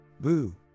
boo